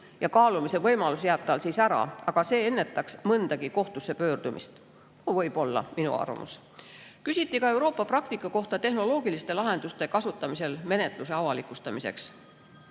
ja kaalumise võimalus jääb tal siis ära. Aga see ennetaks mõndagi kohtusse pöördumist. Võib-olla, see on minu arvamus. Küsiti ka Euroopa praktika kohta tehnoloogiliste lahenduste kasutamisel menetluse avalikustamiseks.